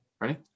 Ready